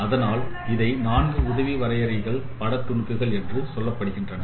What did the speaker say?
அதனால் இதை 4 உதவி வரையறைகளின் பட துணுக்குகள் என்று அழைக்கப்படுகிறது